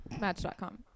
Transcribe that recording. Match.com